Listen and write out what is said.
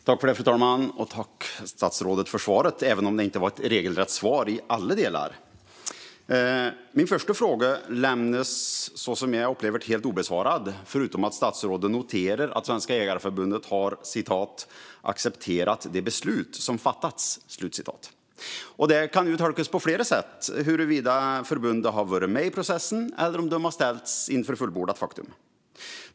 Fru talman! Jag tackar statsrådet för svaret - även om det inte var ett regelrätt svar i alla delar. Min första fråga lämnas som jag upplever det helt obesvarad förutom att statsrådet noterar att Svenska Jägareförbundet har "accepterat de beslut som fattats". Detta kan tolkas på flera sätt, antingen som att förbundet varit med i processen eller att man har ställts inför fullbordat faktum.